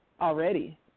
already